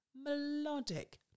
melodic